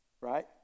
right